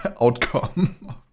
outcome